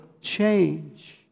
change